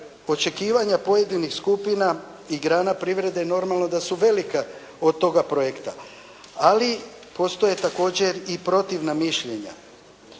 očekivanja pojedinih skupina i grana privrede normalno da su velika od toga projekta. Ali postoje također i protivna mišljenja.